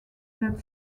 that